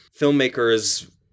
filmmakers